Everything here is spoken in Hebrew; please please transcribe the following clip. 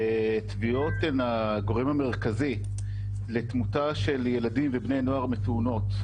טביעות הן הגורם המרכזי לתמותה של ילדים ובני נוער מתאונות,